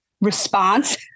response